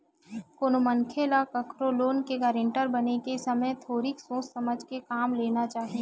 कोनो मनखे ल कखरो लोन के गारेंटर बने के समे थोरिक सोच समझ के काम लेना चाही